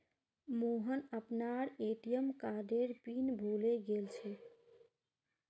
मोहन अपनार ए.टी.एम कार्डेर पिन भूले गेलछेक